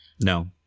No